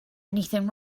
anything